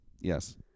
Yes